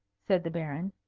said the baron.